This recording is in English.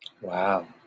Wow